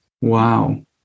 wow